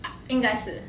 ah 应该是